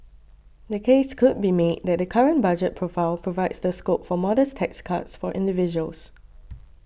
the case could be made that the current budget profile provides the scope for modest tax cuts for individuals